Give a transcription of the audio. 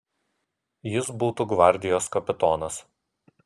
jis būtų gvardijos kapitonas